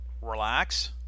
relax